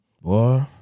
Boy